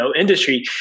industry